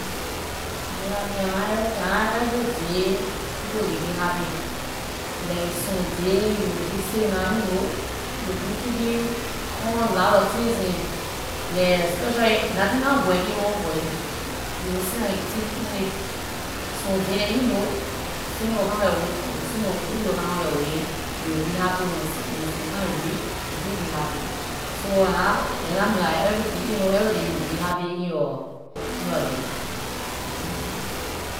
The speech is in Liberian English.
To be happy, nah nah everyday people can be happy. Like some day you will sitting down ehn you know, you will be thinking on lot of things dem. Like specially nothing nah working on for you, you will sit down and think on it. Some day ehn you know, something will come on yor way- good thing will come on yor way, you will be happy, when some time reach, you can't be happy. So dah nah- aay nah mean dah every thing, ehn you every day you mon be happy in yor life, aay can't be.